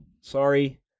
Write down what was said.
Sorry